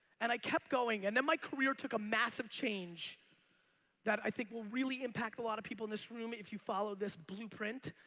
and i kept going and then my career took a massive change that i think will really impact a lot of people in this room if you follow this blueprint.